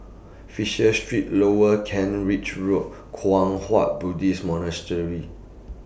Fisher Street Lower Kent Ridge Road Kwang Hua Buddhist Monastery